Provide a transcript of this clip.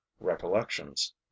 recollections